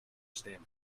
stamina